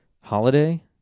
holiday